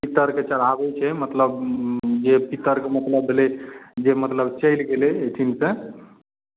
पितरकेँ चढ़ाबै छै मतलब जे पितरकेँ मतलब भेलै जे मतलब चलि गेलै एहिठिमसँ